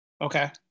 Okay